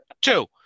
two